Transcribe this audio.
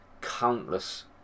countless